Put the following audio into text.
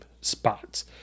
spots